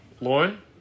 Lauren